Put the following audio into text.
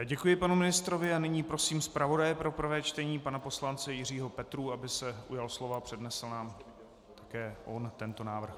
Děkuji panu ministrovi a nyní prosím zpravodaje pro prvé čtení, pana poslance Jiřího Petrů, aby se ujal slova a přednesl nám také on tento návrh.